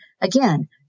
again